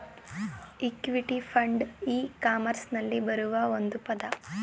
equity fund ಇ ಕಾಮರ್ಸ್ನಲ್ಲಿ ಬರುವ ಒಂದು ಪದ